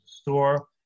store